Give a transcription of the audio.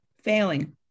failing